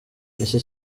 iki